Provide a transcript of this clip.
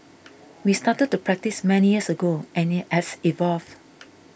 we started the practice many years ago and it has evolved